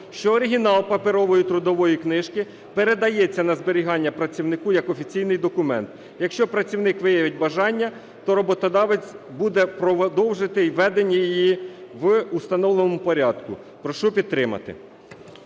що оригінал паперової трудової книжки передається на зберігання працівнику як офіційний документ. Якщо працівник виявить бажання, то роботодавець буде продовжувати ведення її в установленому порядку. Прошу підтримати.